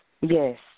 Yes